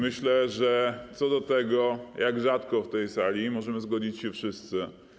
Myślę, że co do tego, jak rzadko w tej sali, możemy zgodzić się wszyscy.